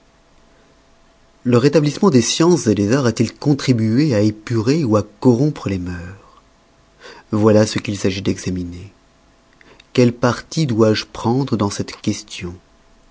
le rétablisssement des sciences des arts a-t-il contribué à épurer ou corrompre les mœurs voilà ce qu'il s'agit d'examiner quel parti dois-je prendre dans cette question